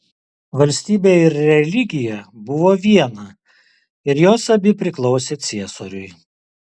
valstybė ir religija buvo viena ir jos abi priklausė ciesoriui